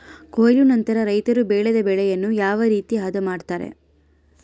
ಕೊಯ್ಲು ನಂತರ ರೈತರು ಬೆಳೆದ ಬೆಳೆಯನ್ನು ಯಾವ ರೇತಿ ಆದ ಮಾಡ್ತಾರೆ?